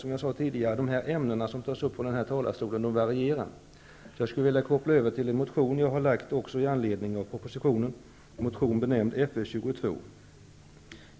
Som jag sade tidigare varierar de ämnen som tas upp från kammarens talarstol. Jag skulle vilja gå över till att tala om en motion som jag har väckt med anledning av propositionen, en motion benämnd Fö22.